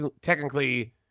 technically